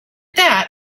that